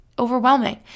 overwhelming